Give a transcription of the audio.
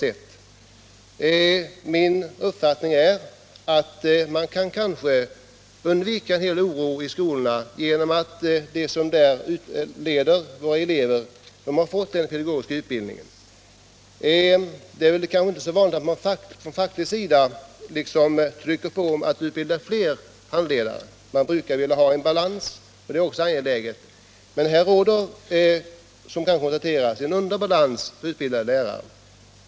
Enligt min uppfattning kunde man undvika en hel del oro i skolorna, om de som där leder våra elever hade fått pedagogisk utbildning. Det är kanske inte så vanligt att man från fackligt håll trycker på om att fler lärare skall utbildas. Man brukar vilja ha en balans — och en sådan — Nr 67 är också angelägen i detta fall — men på det här området råder som Tisdagen den jag tidigare konstaterat en bristande tillgång på utbildade lärare.